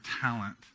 talent